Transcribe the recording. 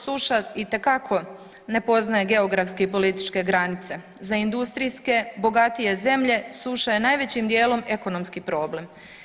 Suša itekako ne poznaje geografske i političke granice, za industrije bogatije zemlje, suša je najvećim djelom ekonomski problem.